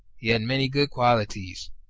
he had many good qualities,